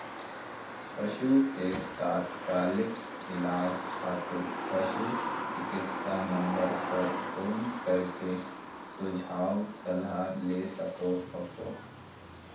पशु के तात्कालिक इलाज खातिर पशु चिकित्सा नम्बर पर फोन कर के सुझाव सलाह ले सको हखो